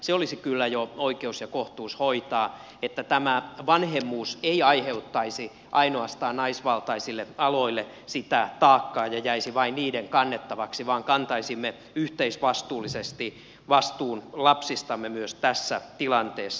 se olisi kyllä jo oikeus ja kohtuus hoitaa että vanhemmuus ei aiheuttaisi ainoastaan naisvaltaisille aloille taakkaa ja jäisi vain niiden kannettavaksi vaan kantaisimme yhteisvastuullisesti vastuun lapsistamme myös tässä tilanteessa